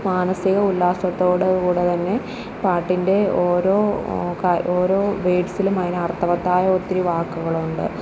മാനസിക ഉല്ലാസത്തോടെ കൂടെ തന്നെ പാട്ടിൻ്റെ ഓരോ ക ഓരോ വേർഡ്സിലും അതിന് അർത്ഥവത്തായ ഒത്തിരി വാക്കുകളുണ്ട്